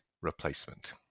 replacement